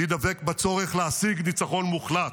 אני דבק בצורך להשיג ניצחון מוחלט.